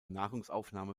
nahrungsaufnahme